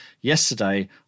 yesterday